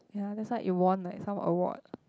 ya that's why like it won like some award